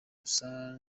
gusa